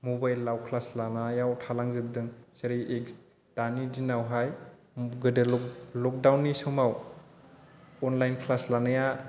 मबाइलाव क्लास लानायाव थालांजोबदों जेरै इक दानि जिनावहाय गोदो लक लकडाउननि समाव अनलाइन क्लास लानाया